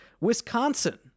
Wisconsin